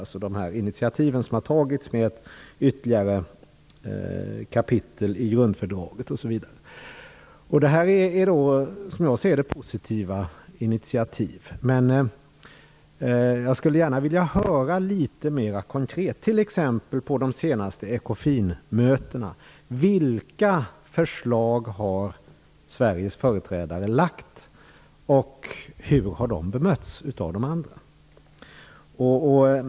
Det gäller alltså de initiativ som har tagits till ytterligare kapitel i grundfördraget. Det här är som jag ser det positiva initiativ. Men jag skulle gärna vilja höra litet mer konkret vilka förslag som Sveriges företrädare har lagt fram på t.ex. de senaste Ekofinmötena och hur de har bemötts av de andra.